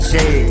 Say